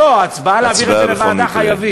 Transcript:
לא, הצבעה להעביר את זה לוועדה, חייבים.